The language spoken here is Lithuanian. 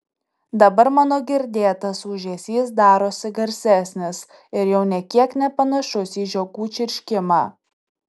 dabar mano girdėtas ūžesys darosi garsesnis ir jau nė kiek nepanašus į žiogų čirškimą